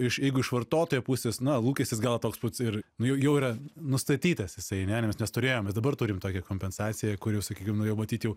iš jeigu iš vartotojo pusės na lūkestis gal toks pats ir jau yra nustatytas jisai ane nes turėjom ir dabar turim tokią kompensaciją kur jau sakykim jau matyt jau